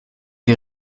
der